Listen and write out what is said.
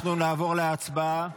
אנחנו נעבור להצבעה.